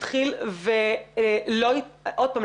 הוא התחיל ולא עוד פעם,